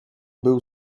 był